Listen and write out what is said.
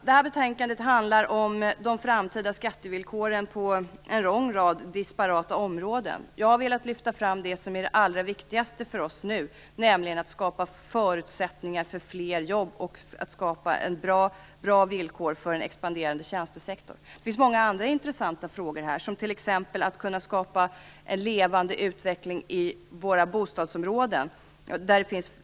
Det här betänkandet handlar om de framtida skattevillkoren på en lång rad disparata områden. Jag har velat lyfta fram det som är det allra viktigaste för oss nu, nämligen att skapa förutsättningar för fler jobb och att skapa bra villkor för en expanderande tjänstesektor. Det finns många andra intressanta frågor här som t.ex. att kunna skapa en levande utveckling i våra bostadsområden.